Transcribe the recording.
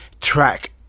track